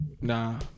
Nah